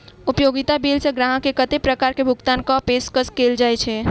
उपयोगिता बिल सऽ ग्राहक केँ कत्ते प्रकार केँ भुगतान कऽ पेशकश कैल जाय छै?